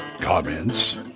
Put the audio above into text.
Comments